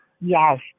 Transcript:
Yes